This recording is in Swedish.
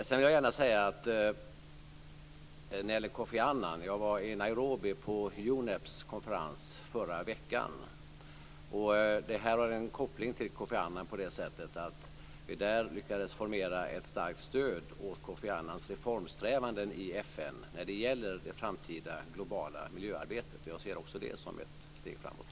Sedan vill jag gärna säga att när det gäller Kofi Annan var jag i Nairobi på UNEP:s konferens i förra veckan. Det här har en koppling till Kofi Annan på det sättet att vi där lyckades formera ett starkt stöd åt Kofi Annans reformsträvanden i FN när det gäller det framtida globala miljöarbetet. Jag ser också det som ett steg framåt.